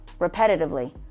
repetitively